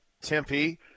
Tempe